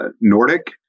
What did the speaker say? Nordic